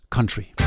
Country